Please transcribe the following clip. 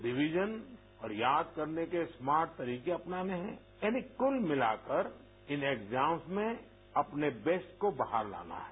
revision और याद करने के स्मार्ट तरीके अपनाने हैं यानी क्ल मिलाकर इन एग्जाम्स में अपने बेस्ट को बाहर लाना है